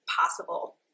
possible